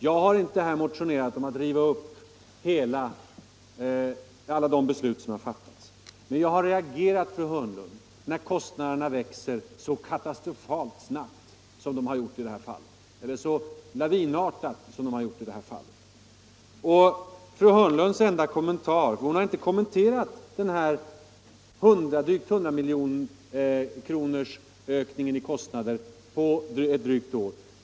Jag har inte motionerat om att riva upp alla de beslut som har fattats, men jag har reagerat när kostnaderna växer så lavinartat som de har gjort i det här fallet. Fru Hörnlund har inte berört kostnadsökningen på drygt 100 milj.kr. på något mer än ett år.